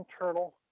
internal